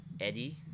Eddie